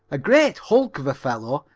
a great hulk of a fellow,